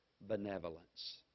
benevolence